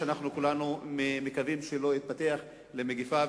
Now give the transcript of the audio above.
שכולנו מקווים שלא יתפתח למגפה,